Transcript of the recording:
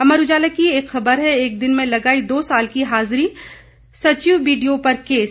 अमर उजाला की खबर है एक दिन में लगाई दो साल की हाजिरी सचिव बीडीओ पर केस